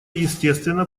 естественно